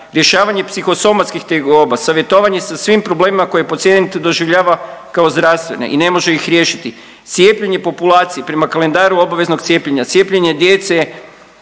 rješavanje psihosomatskih tegoba, savjetovanje sa svim problemima koje pacijent doživljava kao zdravstvene i ne može ih riješiti, cijepljenje populacije prema kalendaru obaveznog cijepljenja, cijepljenje djece